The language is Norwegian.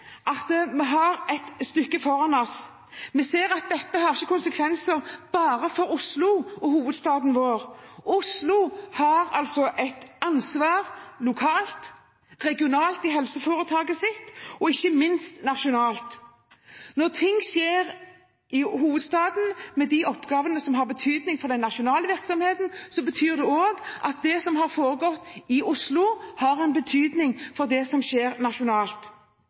at dette ikke har konsekvenser bare for Oslo, hovedstaden vår. Oslo har et ansvar lokalt og regionalt i sitt helseforetak, og ikke minst nasjonalt. Når ting skjer i hovedstaden, med de oppgavene som har betydning for den nasjonale virksomheten, har det betydning for det som skjer nasjonalt. Et eksempel kan være når prematuravdelingen med de minste av de minste ikke kan ta imot fordi de ikke har intensivkapasitet. Det